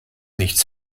nichts